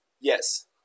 yes